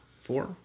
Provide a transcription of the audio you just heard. Four